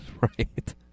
right